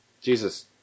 Jesus